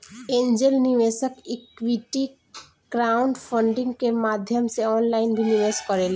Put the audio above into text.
angel निवेशक equity crowdfunding के माध्यम से ऑनलाइन भी निवेश करेले